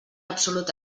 absolut